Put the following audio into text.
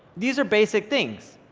these are basic things,